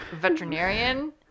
veterinarian